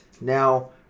now